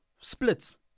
splits